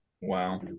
wow